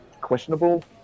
questionable